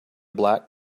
black